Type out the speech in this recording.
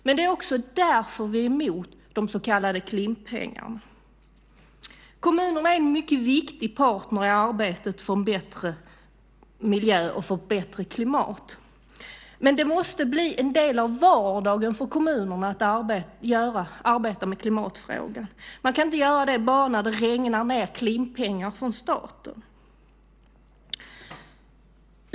Men det är också därför vi är emot de så kallade Klimppengarna. Kommunerna är en mycket viktig partner i arbetet för en bättre miljö och för ett bättre klimat. Men det måste bli en del av vardagen för kommunerna att arbeta med klimatfrågan. Man kan inte göra det bara när det regnar ned Klimppengar från staten.